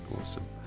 Awesome